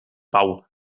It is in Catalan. pau